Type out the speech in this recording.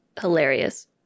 hilarious